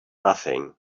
nothing